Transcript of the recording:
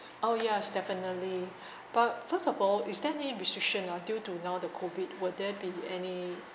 oh yes definitely but first of all is there any restriction ah due to now the COVID would there be any